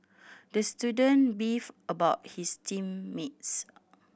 the student beefed about his team mates